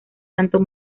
tanto